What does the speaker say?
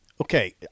Okay